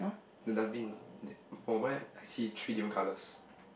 the dustbin that for mine I see three different colours